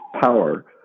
power